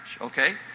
Okay